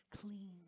clean